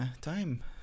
time